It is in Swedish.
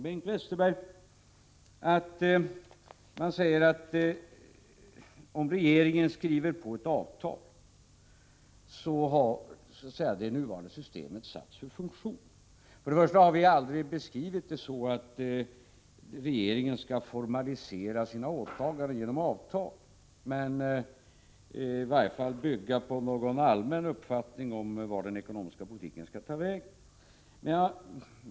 Bengt Westerberg säger att om regeringen skriver på ett avtal har det nuvarande systemet satts ur funktion. Då vill jag säga att vi aldrig har beskrivit det så, att regeringen skall formalisera sina åtaganden genom avtal. Men den skall i varje fall bygga på någon allmän uppfattning om vart den ekonomiska politiken skall ta vägen.